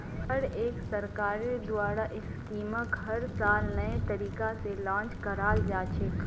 हर एक सरकारेर द्वारा स्कीमक हर साल नये तरीका से लान्च कराल जा छे